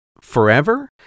forever